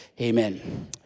amen